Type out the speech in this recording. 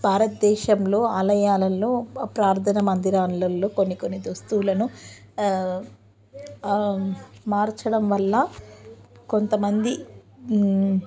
భారత దేశంలో ఆలయాలల్లో ప్రార్థన మందిరాలల్లో కొన్ని కొన్ని దుస్తులను మార్చడం వల్ల కొంతమంది